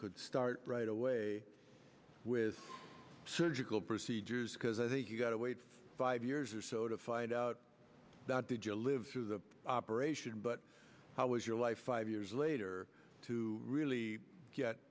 could start right away with surgical procedures because i think you've got to wait for five years or so to find out did you live through the operation but how was your life five years later to really get